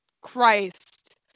christ